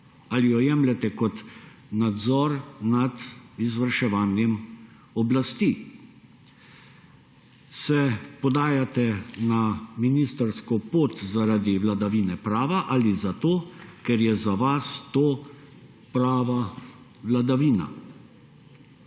Ali jo jemljete kot nadzor nad izvrševanjem oblasti? Se podajate na ministrsko pot zaradi vladavine prava ali zato, ker je za vas to prava vladavina?